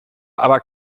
aber